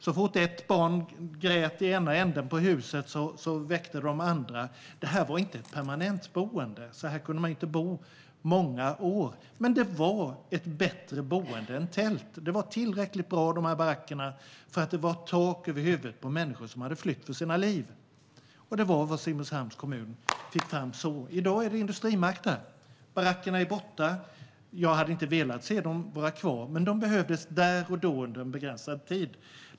Så fort ett barn grät i ena änden av huset väcktes de andra. Det var inte ett permanent boende; man kunde inte bo så i många år. Men det var ett bättre boende än tält. Barackerna var tillräckligt bra, för de gav tak över huvudet åt människor som hade flytt för sina liv. Simrishamns kommun fixade fram det i en handvändning. I dag är det industrimark igen, och barackerna är borta. Jag hade inte velat se dem stå kvar, men de behövdes där och då under en begränsad tid.